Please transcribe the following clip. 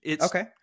Okay